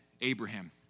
Abraham